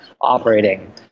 operating